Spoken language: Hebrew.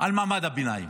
על מעמד הביניים?